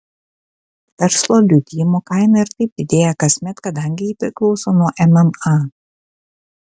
verslo liudijimo kaina ir taip didėja kasmet kadangi ji priklauso nuo mma